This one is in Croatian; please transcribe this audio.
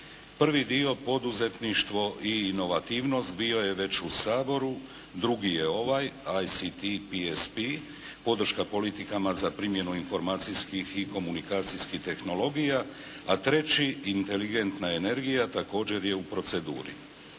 Prvi dio poduzetništvo i inovativnost bio je već u Saboru, drugi je ovaj ICT PSP podrška politikama za primjenu informacijskih i komunikacijskih tehnologija, a treći inteligentna energija također je u proceduri.